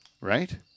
right